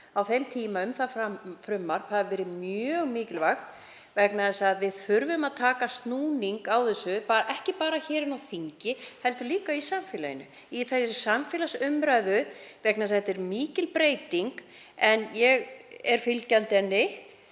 á þeim tíma um það frumvarp hafi verið mjög mikilvæg vegna þess að við þurfum að taka snúning á þessu, ekki bara hér á þingi heldur líka í samfélaginu, í samfélagsumræðunni. Þetta er mikil breyting en ég er fylgjandi henni